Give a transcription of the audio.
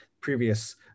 Previous